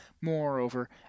Moreover